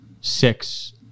Six